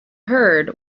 heard